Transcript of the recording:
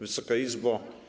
Wysoka Izbo!